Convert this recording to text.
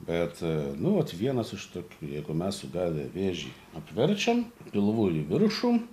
bet nu vat vienas iš tokių jeigu mes sugavę vėžį apverčiam pilvu į viršų